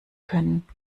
können